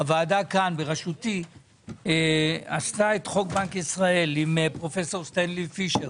הוועדה כאן בראשותי עשתה את חוק בנק ישראל עם פרופ' סטנלי פישר,